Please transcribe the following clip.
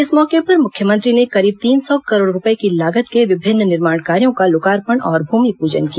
इस मौके पर मुख्यमंत्री ने करीब तीन सौ करोड़ रूपए की लागत के विभिन्न निर्माण कार्यो का लोकार्पण और मुमिपूजन किया